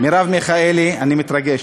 מרב מיכאלי, אני מתרגש,